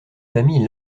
famille